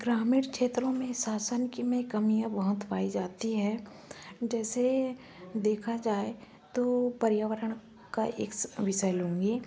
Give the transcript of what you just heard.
ग्रामीण क्षेत्रों में शासन की में कमियाँ बहुत पाई जाती है जैसे देखा जाय तो पर्यावरण का एक विषय लूँगी